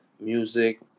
music